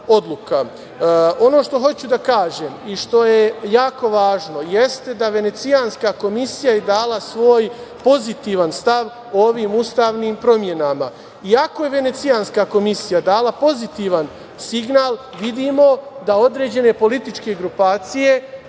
što hoću da kažem i što je jako važno jeste da je Venecijanska komisija dala svoj pozitivan stav ovim ustavnim promenama. Iako je Venecijanska komisija dala pozitivan signal, vidimo da određene političke grupacije,